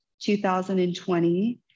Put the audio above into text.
2020